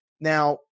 Now